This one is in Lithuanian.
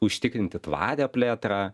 užtikrinti tvarią plėtrą